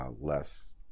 Less